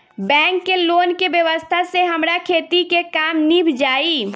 bank के loan के व्यवस्था से हमार खेती के काम नीभ जाई